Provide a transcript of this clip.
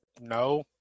no